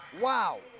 wow